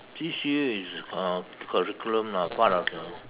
C_C_A is a curriculum lah part of the